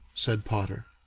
said potter.